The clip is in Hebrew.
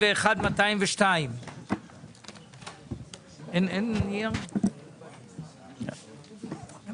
201-202. הפנייה כוללת תקצוב של 1,800